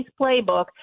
playbook